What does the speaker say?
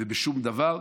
ובשום דבר.